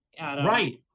Right